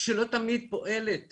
שלא תמיד פועלת